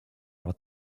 are